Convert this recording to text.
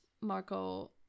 Marco